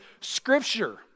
scripture